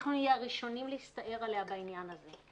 אנחנו נהיה הראשונים להסתער עליה בעניין הזה.